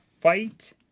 fight